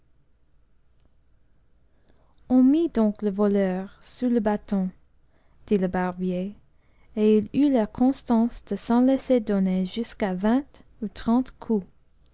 on mit donc le voleur sous le bâton dit le barbier et il eut la constance de s'en laisser donner jusqu'à vingt ou trente coups